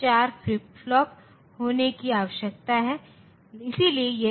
तो NAND के मामले में ट्रुथ टेबल नीचे दिखाई गई है